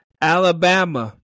Alabama